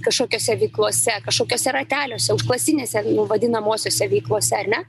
kašokiose veiklose kašokiuose rateliuose užklasinėse vadinamosiose veiklose ar ne